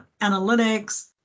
analytics